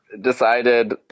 decided